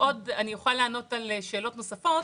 נראה לי שמכאן נוצר הבלבול.